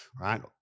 Right